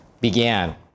began